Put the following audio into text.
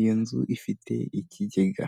iyo nzu ifite ikigega.